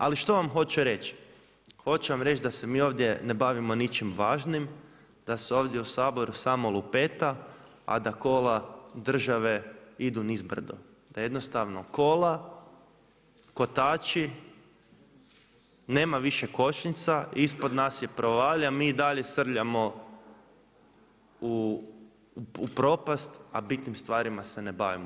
Ali što vam hoću reći, hoću vam reći da se mi ovdje ne bavimo ničim važnim, da se ovdje u Saboru samo lupeta, a da kola države idu niz brod, da jednostavno kola, kotači nema više kočnica, ispod nas je provalija mi i dalje srljamo u propast, a bitnim stvarima se ne bavimo.